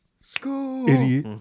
school